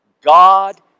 God